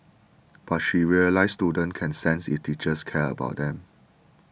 but she realised students can sense if teachers care about them